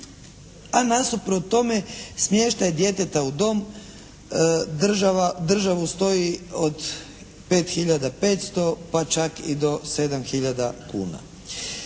a nasuprot tome smještaj djeteta u dom državu stoji od 5500 pa čak i do 7 hiljada